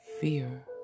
fear